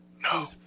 No